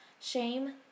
shame